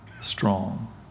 strong